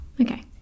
Okay